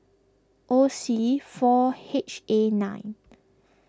O C four H A nine